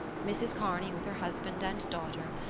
mrs. kearney, with her husband and daughter,